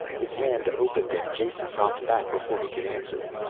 his hand opened and jason dropped back before he could answer.